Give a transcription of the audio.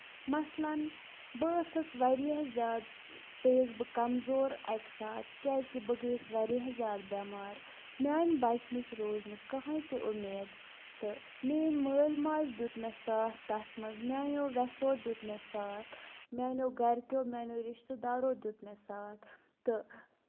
مَسلن بہٕ ٲسٕس واریاہ زیادٕ پیٚیس بہٕ کَمزور اَکہِ ساتہٕ کیازِ کہِ بہٕ گٔیس واریاہ زیادٕ بٮ۪مار میانہِ بَچنٕچ روٗز نہٕ کٕہینۍ تہِ اُمید تہٕ میٲنۍ مٲلۍ ماجہِ دیُت مےٚ ساتھ تَتھ منٛز میٲنیٚو ویٚسو دیُت مےٚ ساتھ میانیٚو گرِکٮ۪و میانیو رِشتہٕ دارو دیُت مےٚ ساتھ تہٕ